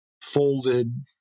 folded